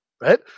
Right